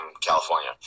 California